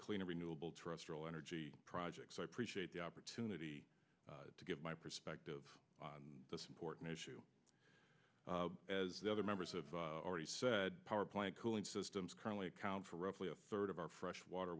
clean renewable terrestrial energy projects i appreciate the opportunity to give my perspective the important issue as the other members of the already said power plant cooling systems currently account for roughly a third of our fresh water